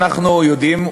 אנחנו יודעים,